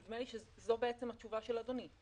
נדמה לי שזאת התשובה של אדוני,